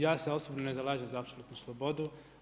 Ja se osobno ne zalažem za apsolutnu slobodu.